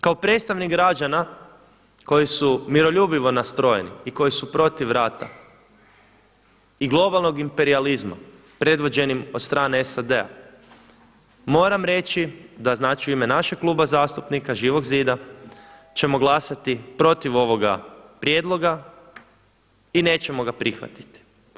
Kao predstavnik građana koji su miroljubivo nastrojeni i koji su protiv rata i globalnog imperijalizma predvođenim od strane SAD-a moram reći da znači u ime našeg Kluba zastupnika Živog zida ćemo glasati protiv ovog prijedloga i nećemo ga prihvatiti.